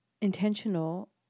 intentional